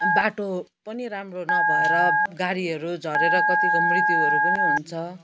बाटो पनि राम्रो नभएर गाडीहरू झरेर कत्तिको मृत्युहरू पनि हुन्छ